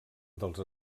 dels